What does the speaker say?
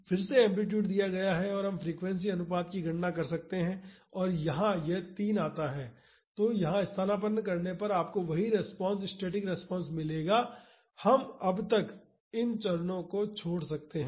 फिर से एम्पलीटूड दिया गया है हम फ्रीक्वेंसी अनुपात की गणना कर सकते हैं और यह 3 आता है यहां स्थानापन्न करने पर आपको वही रिस्पांस स्टैटिक रिस्पांस मिलेगा हम अब तक इन चरणों को छोड़ सकते हैं